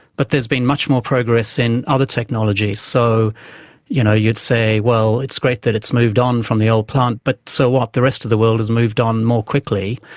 but there's been much more progress in other technologies, so you know you'd say, well, it's great that it's moved on from the old plant but so what? the rest of the world has moved on more quickly,